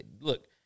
look